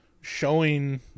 showing